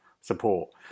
support